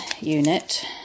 unit